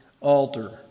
altar